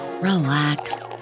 relax